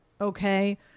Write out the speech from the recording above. okay